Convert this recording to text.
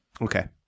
Okay